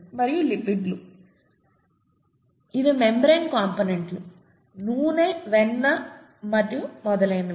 మరియు లిపిడ్లు ఇవి మెంబ్రేన్ కంపోనెంట్లు నూనె వెన్న మరియు మొదలైనవి